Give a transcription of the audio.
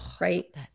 Right